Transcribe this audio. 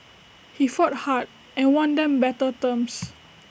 he fought hard and won them better terms